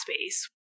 space